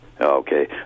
Okay